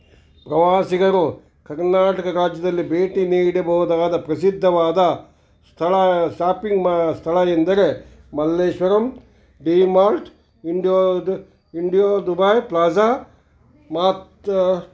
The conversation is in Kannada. ಪ್ರವಾಸಿಗರು ಕರ್ನಾಟಕ ರಾಜ್ಯದಲ್ಲಿ ಭೇಟಿ ನೀಡಬಹದಾದ ಪ್ರಸಿದ್ದವಾದ ಸ್ಥಳ ಶಾಪಿಂಗ್ ಮಾ ಸ್ಥಳ ಎಂದರೆ ಮಲ್ಲೇಶ್ವರಂ ಡಿ ಮಾರ್ಟ್ ಇಂಡೀಯೊ ಇಂಡಿಯೋ ದುಬಾಯ್ ಪ್ಲಾಜಾ ಮತ್ತು